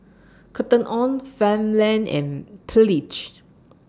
Cotton on Farmland and Pledge